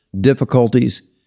difficulties